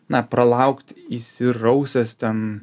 na pralaukt įsirausęs ten